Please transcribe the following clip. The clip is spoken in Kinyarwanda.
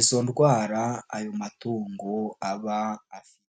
izo ndwara ayo matungo aba afite.